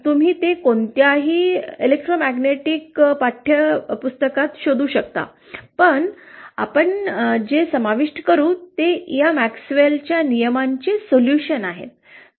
तुम्ही ते कोणत्याही विद्युतचुंबकीय पाठ्यपुस्तकात शोधू शकता पण आम्ही जे समाविष्ट करू ते या मॅक्सवेलच्या नियमांचे उपाय आहेत